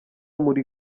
muri